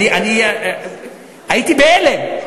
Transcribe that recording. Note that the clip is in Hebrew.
אני הייתי בהלם.